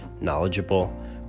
knowledgeable